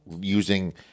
using